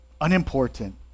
unimportant